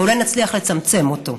אבל אולי נצליח לצמצם אותו.